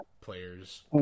players